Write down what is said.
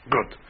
Good